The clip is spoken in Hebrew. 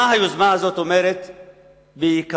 מה היוזמה הזאת אומרת בעיקר?